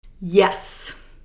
Yes